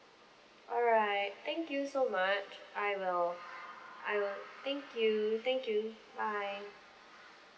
alright thank you so much I will I will thank you thank you bye